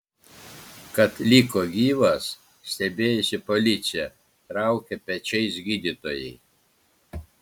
kad liko gyvas stebėjosi policija traukė pečiais gydytojai